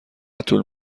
طول